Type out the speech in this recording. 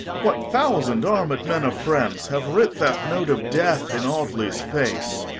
what thousand armed men of france have writ that note of death in audley's face?